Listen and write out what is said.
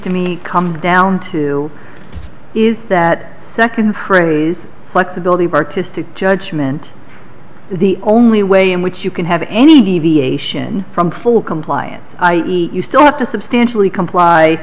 to me come down to is that second phrase flexibility of artistic judgment the only way in which you can have any deviation from full compliance i e you still have to substantially comply